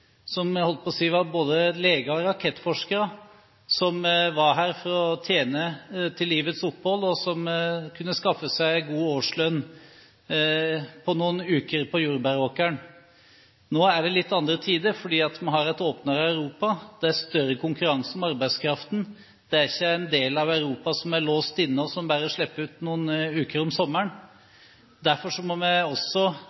som var – jeg holdt på å si – både leger og rakettforskere. De var her for å tjene til livets opphold og kunne skaffe seg en god årslønn på noen uker på jordbæråkeren. Nå er det litt andre tider, for vi har et åpnere Europa. Det er større konkurranse om arbeidskraften. Det er ikke en del av Europa som er stengt, og som bare slipper ut folk noen uker om